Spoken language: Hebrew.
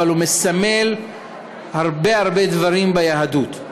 אבל הוא מסמל הרבה הרבה דברים ביהדות,